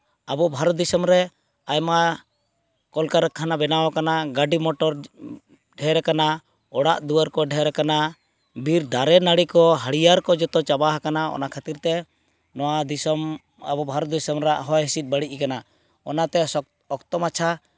ᱟᱵᱚ ᱵᱷᱟᱨᱚᱛ ᱫᱤᱥᱚᱢ ᱨᱮ ᱟᱭᱢᱟ ᱠᱚᱞᱠᱟᱨᱠᱷᱟᱱᱟ ᱵᱮᱱᱟᱣ ᱠᱟᱱᱟ ᱜᱟᱹᱰᱤ ᱢᱚᱴᱚᱨ ᱰᱷᱮᱨ ᱠᱟᱱᱟ ᱚᱲᱟᱜ ᱫᱩᱣᱟᱹᱨ ᱠᱚ ᱰᱷᱮᱨ ᱠᱟᱱᱟ ᱵᱤᱨ ᱫᱟᱨᱮ ᱱᱟᱹᱲᱤ ᱠᱚ ᱦᱟᱹᱨᱭᱟᱹᱲ ᱠᱚ ᱡᱚᱛᱚ ᱪᱟᱵᱟ ᱟᱠᱟᱱᱟ ᱚᱱᱟ ᱠᱷᱟᱹᱛᱤᱨ ᱮ ᱱᱚᱣᱟ ᱫᱤᱥᱚᱢ ᱟᱵᱚ ᱵᱷᱟᱨᱚᱛ ᱫᱤᱥᱚᱢ ᱨᱮᱭᱟᱜ ᱦᱚᱭ ᱦᱤᱸᱥᱤᱫ ᱵᱟᱹᱲᱤᱡ ᱠᱟᱱᱟ ᱚᱱᱟᱛᱮ ᱚᱠᱛᱚ ᱢᱟᱪᱷᱟ